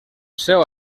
seu